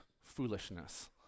foolishness